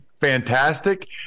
fantastic